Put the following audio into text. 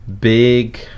big